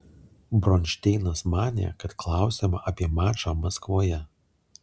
bronšteinas manė kad klausiama apie mačą maskvoje